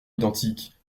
identiques